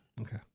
Okay